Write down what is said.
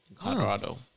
Colorado